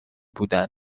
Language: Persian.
بودن